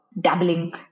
dabbling